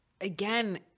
again